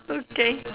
okay